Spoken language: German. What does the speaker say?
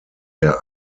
der